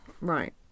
right